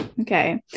Okay